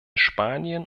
spanien